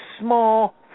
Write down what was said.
small